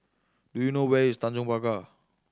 do you know where is Tanjong Pagar